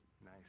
Nice